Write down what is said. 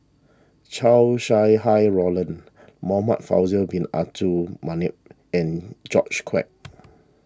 Chow Sau Hai Roland Muhamad Faisal Bin Abdul Manap and George Quek